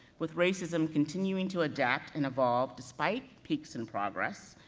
with racism continuing to adapt and evolve despite peaks in progress,